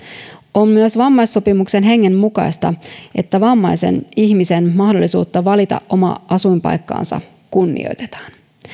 on myös vammaissopimuksen hengen mukaista että vammaisen ihmisen mahdollisuutta valita oma asuinpaikkansa kunnioitetaan